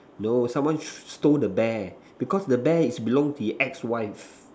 no someone s~ stole the bear because the bear is belong his ex wife